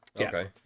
Okay